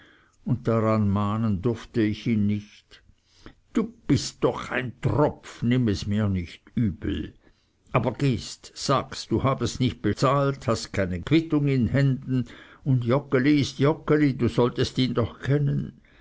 und daran mahnen durfte ich ihn nicht du bist doch ein tropf nimm es mir nicht übel aber gehst sagst du habest nicht bezahlt hast keine quittung in händen und joggeli ist joggeli du solltest ihn doch kennen